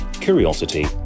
curiosity